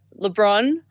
LeBron